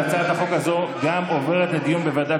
אז גם הצעת החוק הזו עוברת לדיון בוועדת